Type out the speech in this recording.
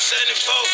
74